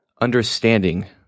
understanding